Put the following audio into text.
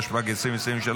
התשפ"ג 2023,